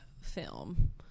film